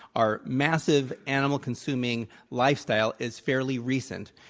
our massive, animal-consuming lifestyle is fairly recent.